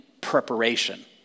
preparation